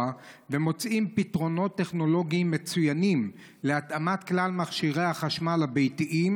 ומוצאים פתרונות טכנולוגיים מצוינים להתאמת כלל מכשירי החשמל הביתיים,